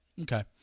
Okay